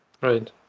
Right